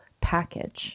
package